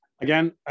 Again